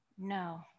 No